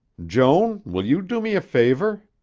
joan, will you do me a favor?